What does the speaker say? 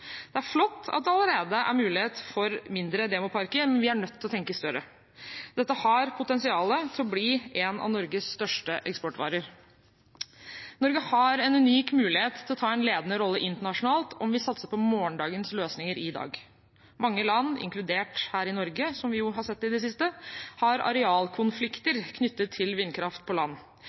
Det er flott at det allerede er mulighet for mindre demoparker, men vi er nødt til å tenke større. Dette har potensial til å bli en av Norges største eksportvarer. Norge har en unik mulighet til å ta en ledende rolle internasjonalt om vi satser på morgendagens løsninger i dag. Mange land, inkludert Norge, som vi jo har sett i det siste, har arealkonflikter knyttet til vindkraft på land.